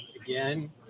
again